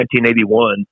1981